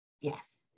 Yes